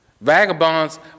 Vagabonds